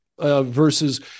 versus